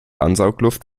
ansaugluft